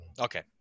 okay